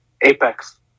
Apex